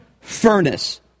furnace